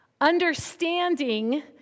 Understanding